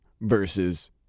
versus